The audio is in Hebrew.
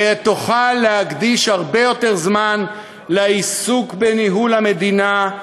ותוכל להקדיש הרבה יותר זמן לעיסוק בניהול המדינה,